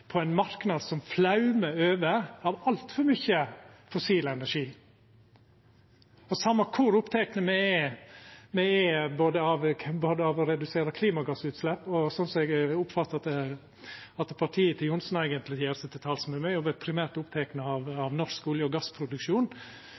på ein marknad som flaumar over av altfor mykje fossil energi. Og same kor opptekne me er både av å redusera klimagassutslepp og – slik eg oppfattar at partiet til Johnsen eigentleg gjer seg til talsmann for – å vera primært opptekne av